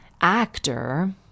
actor